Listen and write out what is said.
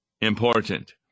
important